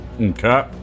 Okay